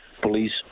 police